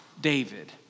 David